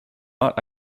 not